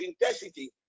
intensity